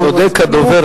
צודק הדובר,